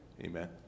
Amen